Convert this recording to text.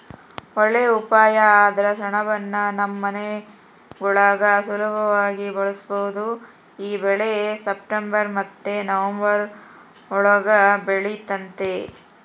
ಒಳ್ಳೇ ಉಪಾಯ ಅಂದ್ರ ಸೆಣಬುನ್ನ ನಮ್ ಮನೆಗುಳಾಗ ಸುಲುಭವಾಗಿ ಬೆಳುಸ್ಬೋದು ಈ ಬೆಳೆ ಸೆಪ್ಟೆಂಬರ್ ಮತ್ತೆ ನವಂಬರ್ ಒಳುಗ ಬೆಳಿತತೆ